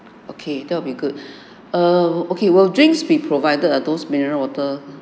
okay that'll good err okay will drink be provided ah those mineral water